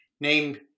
named